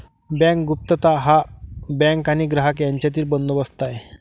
bank गुप्तता हा bank आणि ग्राहक यांच्यातील बंदोबस्त आहे